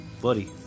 buddy